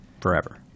forever